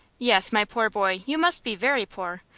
yes, my poor boy, you must be very poor,